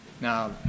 Now